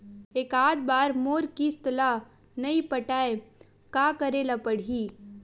एकात बार मोर किस्त ला नई पटाय का करे ला पड़ही?